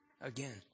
again